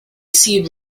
seed